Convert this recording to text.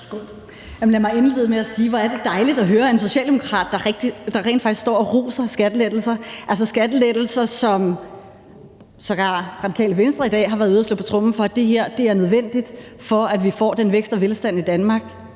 lad mig indlede med at sige, at det er dejligt at høre en socialdemokrat, der rent faktisk står og roser skattelettelser, skattelettelser, som sågar Radikale Venstre i dag har været ude at slå på tromme for, altså at det her er nødvendigt, for at vi får den vækst og velstand i Danmark